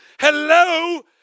Hello